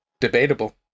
debatable